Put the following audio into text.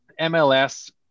MLS